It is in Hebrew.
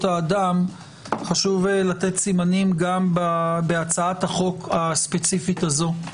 האדם חשוב לתת סימנים גם בהצעת החוק הספציפית הזאת.